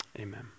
Amen